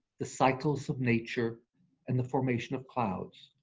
the cycles of nature and the formation of clouds.